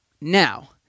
Now